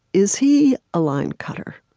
is he a line cutter?